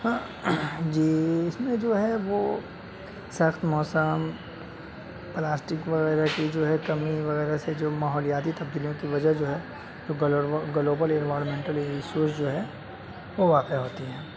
جی اس میں جو ہے وہ سخت موسم پلاسٹک وغیرہ کی جو ہے کمی وغیرہ سے جو ماحولیاتی تبدیلیوں کی وجہ جو ہے تو گلوبل انوائرمنٹل ایشوز جو ہے وہ واقع ہوتی ہیں